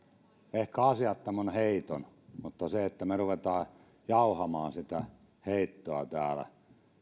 ehkä asiattoman heiton mutta se että me rupeamme jauhamaan sitä heittoa täällä